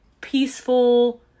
peaceful